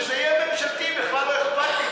שזה יהיה ממשלתי, בכלל לא אכפת לי.